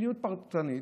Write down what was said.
מדיניות פרטנית,